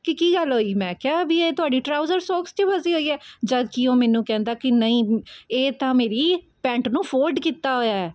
ਕਿ ਕੀ ਗੱਲ ਹੋਈ ਮੈਂ ਕਿਹਾ ਵੀ ਇਹ ਤੁਹਾਡੀ ਟਰਾਊਜ਼ਰ ਸੋਕਸ 'ਚ ਫਸੀ ਹੋਈ ਹੈ ਜਦ ਕਿ ਉਹ ਮੈਨੂੰ ਕਹਿੰਦਾ ਕਿ ਨਹੀਂ ਇਹ ਤਾਂ ਮੇਰੀ ਪੈਂਟ ਨੂੰ ਫੋਲਡ ਕੀਤਾ ਹੋਇਆ